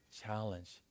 challenge